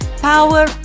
power